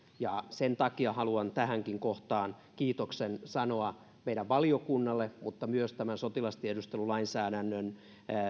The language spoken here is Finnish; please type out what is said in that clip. sen takia haluan tähänkin kohtaa kiitoksen sanoa meidän valiokunnallemme mutta myös tämän sotilastiedustelulainsäädännön